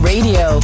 Radio